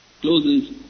closes